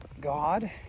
God